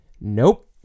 Nope